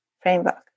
framework